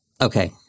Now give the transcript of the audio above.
Okay